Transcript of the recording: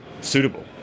suitable